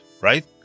right